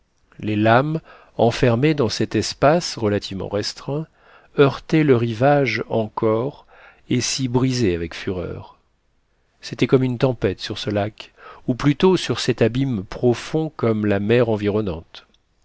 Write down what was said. les lames enfermées dans cet espace relativement restreint heurtaient le rivage encore et s'y brisaient avec fureur c'était comme une tempête sur ce lac ou plutôt sur cet abîme profond comme la mer environnante